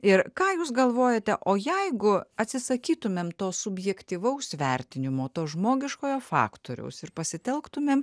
ir ką jūs galvojate o jeigu atsisakytumėm to subjektyvaus vertinimo to žmogiškojo faktoriaus ir pasitelktumėm